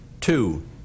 Two